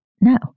No